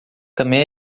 também